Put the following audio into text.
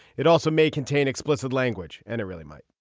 it also may contain explicit language and it really might